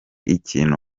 ikintu